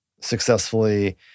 successfully